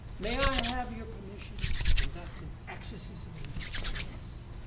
may i have your permission to conduct an exorcism in this space?